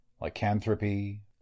Lycanthropy